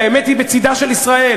והאמת היא בצדה של ישראל,